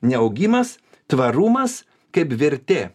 neaugimas tvarumas kaip vertė